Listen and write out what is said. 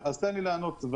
תן לי לענות.